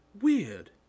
Weird